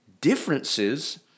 differences